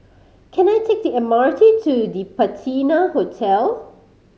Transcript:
can I take the M R T to The Patina Hotel